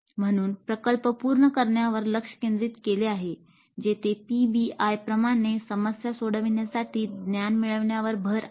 म्हणून प्रकल्प पूर्ण करण्यावर लक्ष केंद्रित केले आहे जेथे पीबीआय प्रमाणे समस्या सोडविण्यासाठी ज्ञान मिळविण्यावर भर आहे